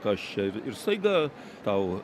kas čia ir staiga tau